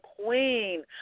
queen